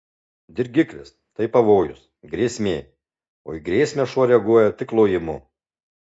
dirgiklis tai pavojus grėsmė o į grėsmę šuo reaguoja tik lojimu